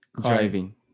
Driving